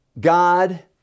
God